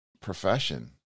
profession